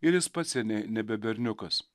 ir jis pats seniai nebe berniukas